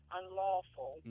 unlawful